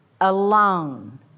Alone